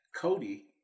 Cody